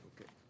Okay